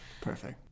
Perfect